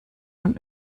nun